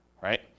right